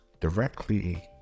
directly